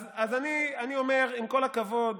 אז אני אומר, עם כל הכבוד,